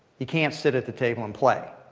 you can't sit at the table and play.